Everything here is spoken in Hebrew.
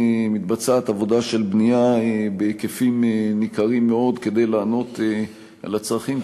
ומתבצעת עבודה של בנייה בהיקפים ניכרים מאוד כדי לענות על הצרכים,